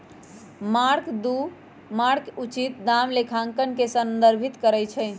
mark to market उचित दाम लेखांकन के संदर्भित करइ छै